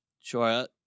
sure